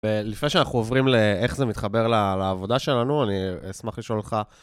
ולפני שאנחנו עוברים לאיך זה מתחבר לעבודה שלנו, אני אשמח לשאול אותך...